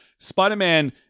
Spider-Man